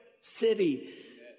city